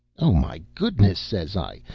oh, my goodness! says i.